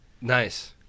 Nice